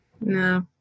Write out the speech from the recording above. No